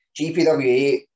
GPWA